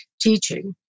teaching